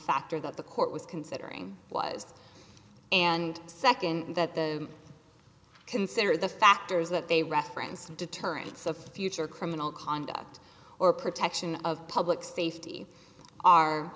factor that the court was considering was and second that the consider the factors that they referenced deterrents a future criminal conduct or protection of public safety are